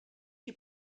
qui